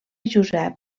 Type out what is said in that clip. josep